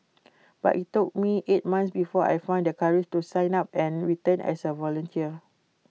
but IT took me eight months before I found the courage to sign up and return as A volunteer